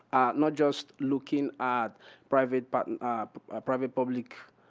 not just looking at private but ah private public